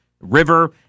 river